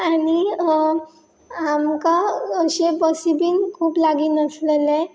आनी आमकां अशे बसी बीन खूब लागीं नसलेलें